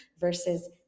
versus